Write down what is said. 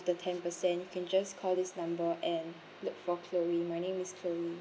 the ten percent you can just call this number and look for chloe my name is chloe